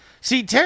See